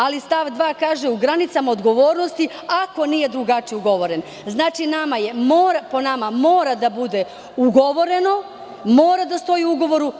Ali, stav 2. kaže: " u granicama odgovornost ako nije drugačije ugovoreno." Po nama, mora da bude ugovore, mora da stoji u ugovoru.